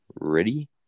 Ready